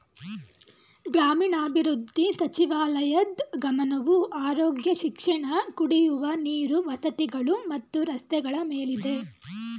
ಗ್ರಾಮೀಣಾಭಿವೃದ್ಧಿ ಸಚಿವಾಲಯದ್ ಗಮನವು ಆರೋಗ್ಯ ಶಿಕ್ಷಣ ಕುಡಿಯುವ ನೀರು ವಸತಿಗಳು ಮತ್ತು ರಸ್ತೆಗಳ ಮೇಲಿದೆ